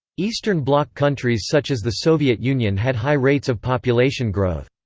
eastern bloc countries such as the soviet union had high rates of population growth.